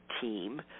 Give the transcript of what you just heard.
team